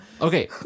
Okay